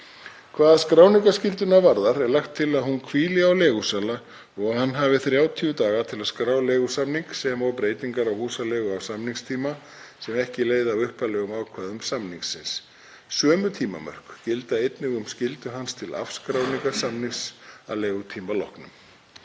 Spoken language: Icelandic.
Hvað skráningarskylduna varðar er lagt til að hún hvíli á leigusala og hann hafi 30 daga til að skrá leigusamning sem og breytingar á húsaleigu á samningstíma sem ekki leiða af upphaflegum ákvæðum samningsins. Sömu tímamörk gilda einnig um skyldu hans til afskráningar samnings að leigutíma loknum.